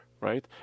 right